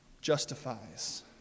justifies